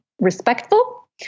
respectful